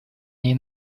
ней